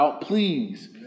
please